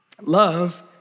Love